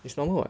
it's normal [what]